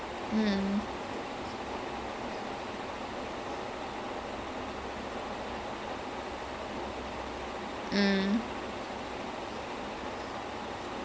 final that it's something about he has some problem where he kept he kept laughing at everything laughing for everything like whether his pain or sadness then he'll just he'll just laugh